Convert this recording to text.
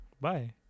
bye